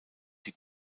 die